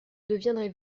deviendrez